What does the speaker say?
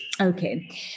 Okay